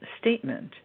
statement